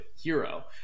Hero